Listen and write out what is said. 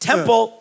Temple